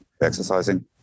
exercising